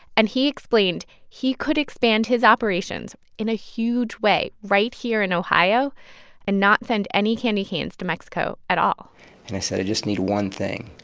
and he explained he could expand his operations in a huge way right here in ohio and not send any candy canes to mexico at all and i said, i just need one thing.